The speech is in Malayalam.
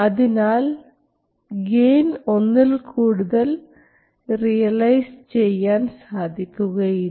അതിനാൽ ഗെയിൻ ഒന്നിൽകൂടുതൽ റിയലൈസ് ചെയ്യാൻ സാധിക്കുകയില്ല